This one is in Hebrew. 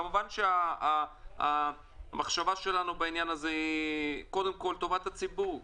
כמובן שהמחשבה שלנו בעניין הזה היא קודם כל טובת הציבור,